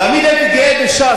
תמיד הייתי גאה בש"ס,